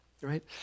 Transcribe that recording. right